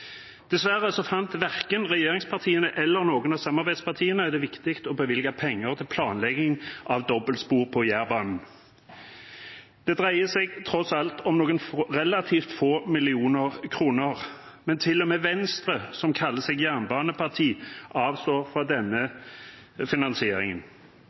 Dessverre fant verken regjeringspartiene eller noen av samarbeidspartiene det viktig å bevilge penger til planlegging av dobbeltspor på Jærbanen. Det dreier seg tross alt om noen relativt få millioner kroner, men til og med Venstre, som kaller seg jernbaneparti, avstår fra